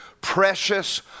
precious